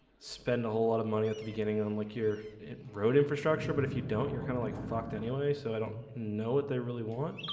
spend a whole lot of money at the beginning on like your it road infrastructure but if you don't you're kind of like fucked anyway, so i don't know what they really want